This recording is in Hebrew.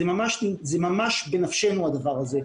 זה ממש בנפשנו הדבר הזה.